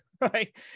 Right